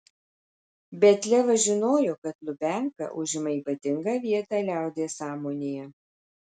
bet levas žinojo kad lubianka užima ypatingą vietą liaudies sąmonėje